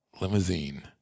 Limousine